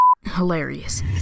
hilarious